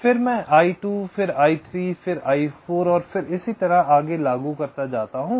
फिर मैं I2 फिर I3 फिर I4 और फिर इसी तरह आगे लागू करता जाता हूँ